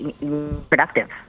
productive